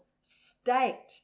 state